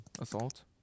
assault